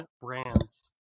brands